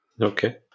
Okay